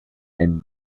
and